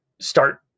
start